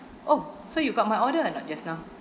oh so you've got my order or not just now